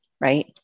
right